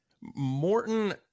Morton